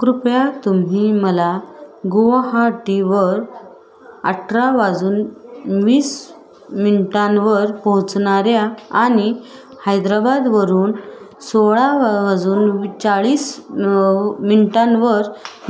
कृपया तुम्ही मला गुवाहाटीवर अठरा वाजून वीस मिनटांवर पोहोचणाऱ्या आणि हैद्राबादवरून सोळा वाजून चाळीस मिनटांवर